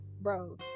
bro